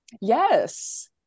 Yes